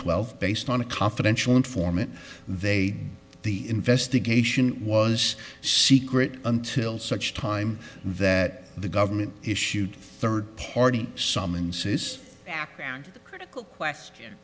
twelve based on a confidential informant they the investigation was secret until such time that the government issued third party summonses background the critical question